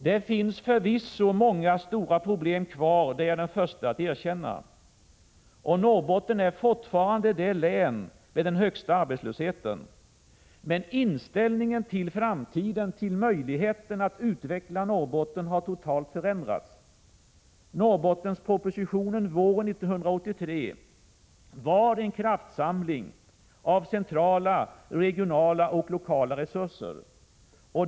Det finns förvisso många stora problem kvar, det är jag den förste att erkänna. Norrbotten är fortfarande länet med den största arbetslösheten. Men inställningen till framtiden, till möjligheten att utveckla Norrbotten har totalt förändrats. Norrbottenpropositionen våren 1983 var en kraftsamling av centrala, regionala och lokala resurser.